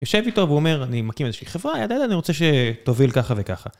יושב איתו ואומר, אני מקים איזושהי חברה, ידה ידה, אני רוצה שתוביל ככה וככה.